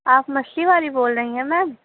آپ مچھلی والی بول رہی ہیں میم